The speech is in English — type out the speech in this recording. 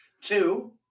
Two